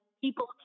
people